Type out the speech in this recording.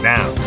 Now